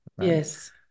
Yes